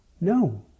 no